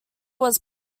was